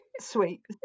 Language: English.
Sweet